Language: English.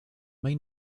may